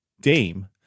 Dame